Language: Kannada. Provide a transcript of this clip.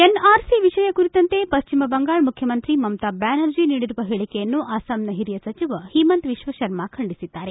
ಎನ್ಆರ್ಸಿ ವಿಷಯ ಕುರಿತಂತೆ ಪಶ್ಚಿಮ ಬಂಗಾಳ ಮುಖ್ಚಮಂತ್ರಿ ಮಮತಾ ಬ್ಹಾನರ್ಜಿ ನೀಡಿರುವ ಹೇಳಿಕೆಯನ್ನು ಅಸ್ಲಾಂನ ಹಿರಿಯ ಸಚಿವ ಹಿಮಂತ ವಿಶ್ವಶರ್ಮ ಖಂಡಿಸಿದ್ದಾರೆ